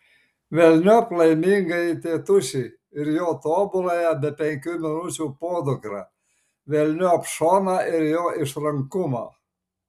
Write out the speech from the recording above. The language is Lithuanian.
velniop laimingąjį tėtušį ir jo tobuląją be penkių minučių podukrą velniop šoną ir jo išrankumą